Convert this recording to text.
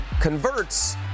Converts